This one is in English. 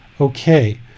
Okay